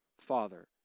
Father